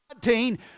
19